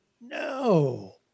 No